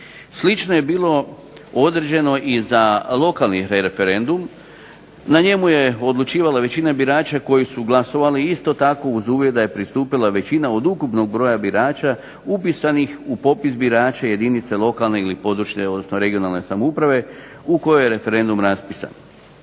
Slično je bilo određeno i za lokalni referendum. Na njemu je odlučivala većina birača koji su glasovali isto tako uz uvjet da je pristupila većina od ukupnog broja birača upisanih u popis birača jedinica lokalne, područne odnosno regionalne samouprave u kojoj referendum raspisan.